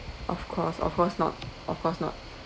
of course of course not of course not